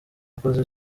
wakoze